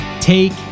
Take